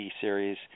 Series